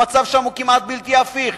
המצב שם הוא כמעט בלתי הפיך,